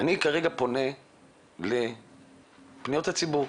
אני כרגע פונה לפניות הציבור.